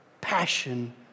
passion